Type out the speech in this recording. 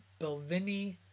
Belvini